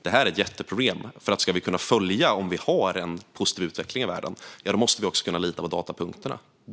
Det här är ett jätteproblem, för om vi ska kunna följa om vi har en positiv utveckling i världen måste vi också kunna lita på datapunkterna.